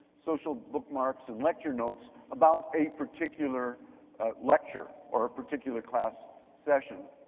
social bookmarks and lecture notes about a particular lecture or particular class session.